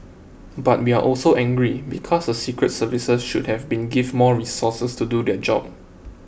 but we are also angry because the secret services should have been give more resources to do their job